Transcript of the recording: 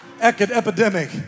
epidemic